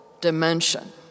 dimension